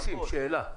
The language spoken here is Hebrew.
שאלה.